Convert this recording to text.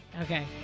Okay